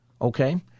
Okay